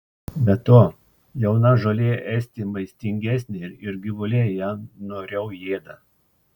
be to jauna žolė esti maistingesnė ir gyvuliai ją noriau ėda